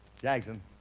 Jackson